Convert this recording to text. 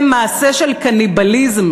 הם מעשה של קניבליזם.